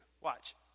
Watch